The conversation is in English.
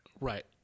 Right